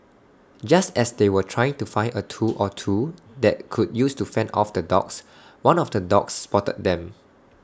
just as they were trying to find A tool or two that could use to fend off the dogs one of the dogs spotted them